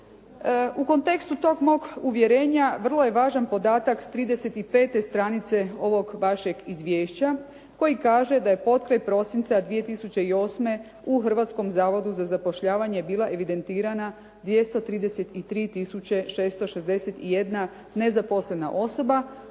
U kontekstu tog mog uvjerenja vrlo je važan podatak s 35. stranice ovog vašeg izvješća, koji kaže da je potkraj prosinca 2008. u Hrvatskom zavodu za zapošljavanje bila evidentirana 233 tisuće 661 nezaposlena osoba